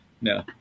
No